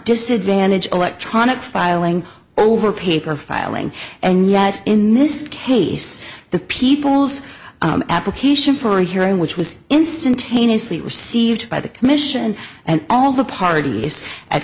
disadvantage electronic filing over paper filing and yet in this case the people's application for a hearing which was instantaneously received by the commission and all the parties at